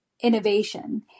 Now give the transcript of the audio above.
innovation